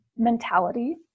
Mentality